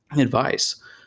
advice